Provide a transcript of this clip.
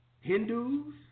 Hindus